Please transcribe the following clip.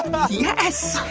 um yes.